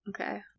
Okay